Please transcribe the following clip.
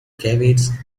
caveats